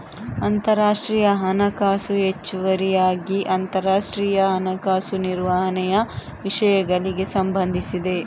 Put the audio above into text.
ಅಂತರರಾಷ್ಟ್ರೀಯ ಹಣಕಾಸು ಹೆಚ್ಚುವರಿಯಾಗಿ ಅಂತರರಾಷ್ಟ್ರೀಯ ಹಣಕಾಸು ನಿರ್ವಹಣೆಯ ವಿಷಯಗಳಿಗೆ ಸಂಬಂಧಿಸಿದೆ